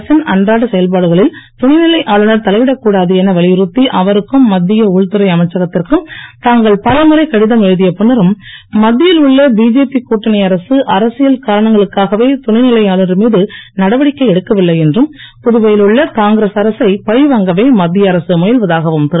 அரசின் அன்றாட செயல்பாடுகளில் துணைநிலை ஆளுநர் தலையிடக் கூடாது என வலியுறுத்தி அவருக்கும் மத்திய உள்துறை அமைச்சகத்திற்கும் தாங்கள் பல முறை கடிதம் எழுதிய பின்னரும் மத்தியில் உள்ள பிஜேபி கூட்டணி அரக அரசியல் காரணங்களுக்காகவே துணைநிலை ஆளுநர் மீது நடவடிக்கை எடுக்க வில்லை என்றும் புதுவையில் உள்ள காங்கிரஸ் அரசை பழிவாங்கவே மத்திய அரசு முயல்வதாகவும் திரு